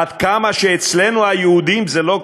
עד כמה שאצלנו היהודים זה לא קורה.